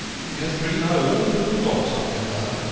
he has pretty nigh all the liverpool docks under him now.